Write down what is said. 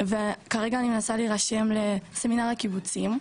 זהות וכרגע אני מנסה להירשם לסמינר הקיבוצים,